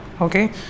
okay